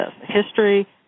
history